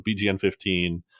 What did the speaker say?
BGN15